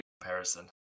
comparison